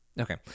Okay